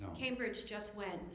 know cambridge just went